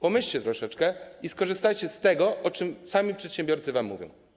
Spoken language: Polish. Pomyślcie troszeczkę i skorzystajcie z tego, o czym sami przedsiębiorcy wam mówią.